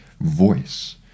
voice